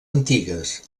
antigues